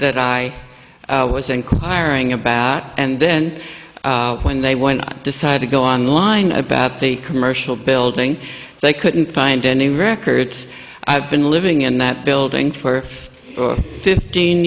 that i was inquiring about and then when they when i decided to go online about the commercial building they couldn't find any records i've been living in that building for fifteen